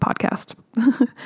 podcast